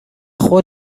خود